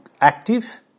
active